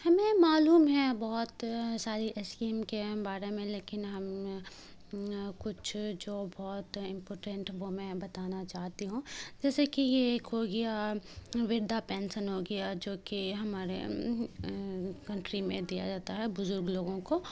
ہمیں معلوم ہے بہت ساری اسکیم کے بارے میں لیکن ہم کچھ جو بہت امپورٹینٹ وہ میں بتانا چاہتی ہوں جیسے کہ یہ ایک ہو گیا وردھا پینسن ہو گیا جوکہ ہمارے کنٹری میں دیا جاتا ہے بزرگ لوگوں کو